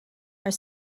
are